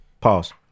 pause